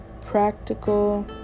practical